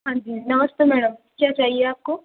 हाँ जी नमस्ते मैडम क्या चाहिए आपको